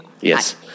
Yes